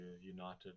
united